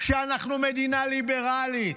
שאנחנו מדינה ליברלית,